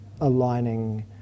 aligning